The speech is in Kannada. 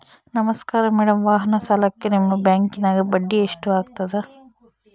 ನಮಸ್ಕಾರ ಮೇಡಂ ವಾಹನ ಸಾಲಕ್ಕೆ ನಿಮ್ಮ ಬ್ಯಾಂಕಿನ್ಯಾಗ ಬಡ್ಡಿ ಎಷ್ಟು ಆಗ್ತದ?